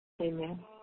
Amen